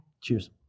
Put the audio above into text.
Cheers